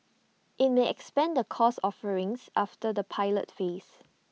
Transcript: IT may expand the course offerings after the pilot phase